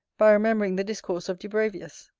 by remembering the discourse of dubravius.